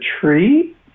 tree